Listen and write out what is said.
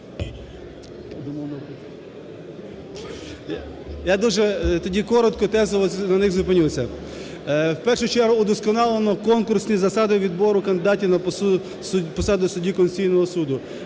Я дуже тоді коротко, тезово на них зупинюся, в першу чергу удосконалено конкурсні засади відбору кандидатів на посаду судді Конституційного Суду